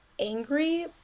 angry